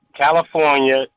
California